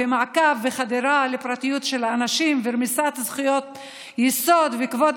מעקב וחדירה לפרטיות של אנשים ורמיסת זכויות יסוד וכבוד